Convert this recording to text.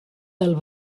del